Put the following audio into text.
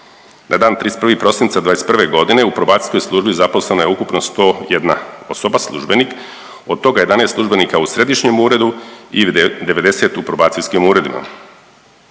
Na dan 31. prosinca 2021. godine u probacijskoj službi zaposleno je ukupno 101 osoba, službenik od toga 11 službenika u Središnjem uredu i 90 u probacijskim uredima.